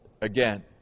again